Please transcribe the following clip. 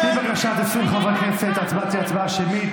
על פי בקשת 20 חברי כנסת, ההצבעה תהיה הצבעה שמית.